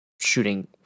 shooting